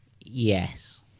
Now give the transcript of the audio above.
Yes